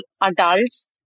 adults